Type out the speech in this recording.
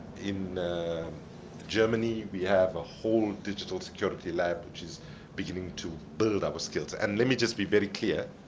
in germany we have a whole digital security lab which is beginning to build our skills. and let me just be very clear,